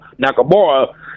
Nakamura